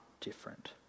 different